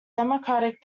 democratic